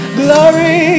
glory